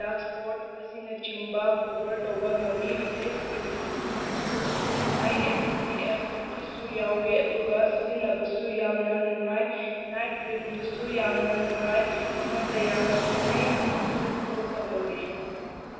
dark spot ꯑꯁꯤꯅ ꯆꯤꯡꯕ cover ꯇꯧꯕ ꯉꯝꯃꯤ ꯐꯦꯁ ꯀ꯭ꯔꯤꯝ ꯍꯥꯞꯄꯛꯄꯗꯨꯁꯨ ꯅꯨꯡꯉꯥꯏ ꯑꯦꯁ ꯄꯤ ꯑꯦꯐ ꯇ꯭ꯋꯦꯟꯇꯤꯁꯨ ꯌꯥꯎꯋꯤ ꯑꯗꯨꯒ ꯁꯤꯖꯤꯟꯅꯕꯁꯨ ꯌꯥꯝꯅ ꯅꯨꯡꯉꯥꯏ ꯅꯥꯏꯠ ꯀ꯭ꯔꯤꯝꯗꯨꯁꯨꯨ ꯌꯥꯝꯅ ꯅꯨꯡꯉꯥꯏ ꯑꯩꯉꯣꯟꯗ ꯌꯥꯝꯅ ꯆꯥꯟꯅꯩ ꯏꯁꯀꯤꯟꯁꯨ ꯒ꯭ꯂꯣ ꯇꯧꯍꯜꯂꯤ